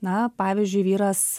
na pavyzdžiui vyras